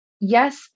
yes